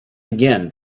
again